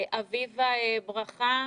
אביבה ברכה,